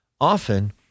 Often